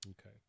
Okay